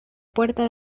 puerta